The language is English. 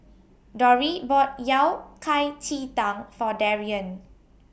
Dori bought Yao Cai Ji Tang For Darrien